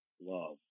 love